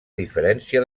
diferència